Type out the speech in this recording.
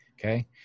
okay